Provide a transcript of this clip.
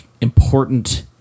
important